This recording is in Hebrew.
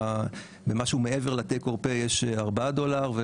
חשמל במה שהוא מעבר ל-take or pay יש ארבעה דולרים,